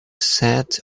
sat